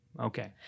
Okay